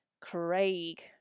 Craig